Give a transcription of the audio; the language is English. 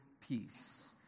peace